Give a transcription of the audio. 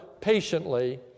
patiently